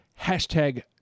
hashtag